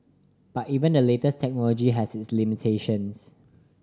but even the latest technology has its limitations